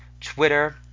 Twitter